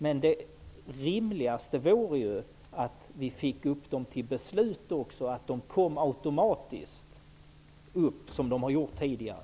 Det vore dock mera rimligt att vi också skulle få upp dem till beslut och att de automatiskt skulle komma upp som de har gjort tidigare.